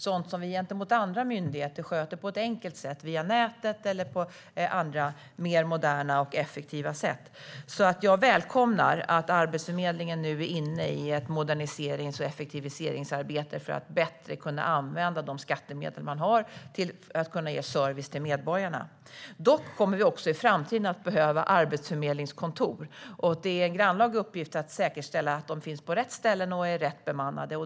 Det är sådant som andra myndigheter sköter på ett enkelt sätt via nätet eller genom andra moderna och mer effektiva vägar. Jag välkomnar att Arbetsförmedlingen nu är inne i ett moderniserings och effektiviseringsarbete för att bättre kunna använda de skattemedel som man har till förfogande för att erbjuda service till medborgarna. Dock kommer vi också i framtiden att behöva arbetsförmedlingskontor, och det är en grannlaga uppgift att säkerställa att de finns på rätt ställen och är rätt bemannade.